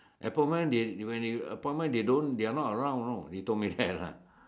appointment they when they appointment when they are not around you know they told me that lah